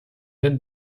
denn